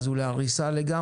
להריסה, אז הוא להריסה לגמרי.